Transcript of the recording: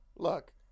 Look